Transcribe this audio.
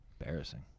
Embarrassing